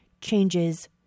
changes